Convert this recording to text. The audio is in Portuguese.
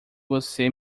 você